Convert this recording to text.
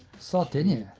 sardinia.